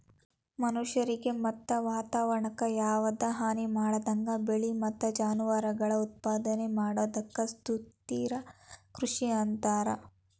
ಮನಷ್ಯಾರಿಗೆ ಮತ್ತ ವಾತವರಣಕ್ಕ ಯಾವದ ಹಾನಿಮಾಡದಂಗ ಬೆಳಿ ಮತ್ತ ಜಾನುವಾರಗಳನ್ನ ಉತ್ಪಾದನೆ ಮಾಡೋದಕ್ಕ ಸುಸ್ಥಿರ ಕೃಷಿ ಅಂತಾರ